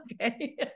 Okay